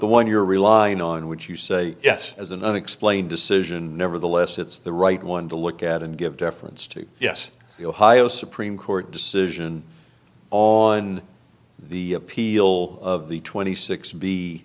the one you're relying on which you say yes as an unexplained decision nevertheless it's the right one to look at and give deference to yes the ohio supreme court decision all in the appeal of the twenty six b